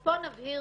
פה נבהיר